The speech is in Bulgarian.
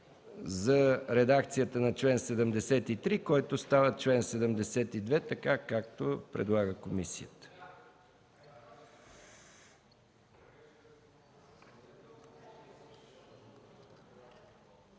за редакцията на чл. 73, който става чл. 72, така както предлага комисията.